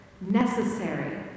necessary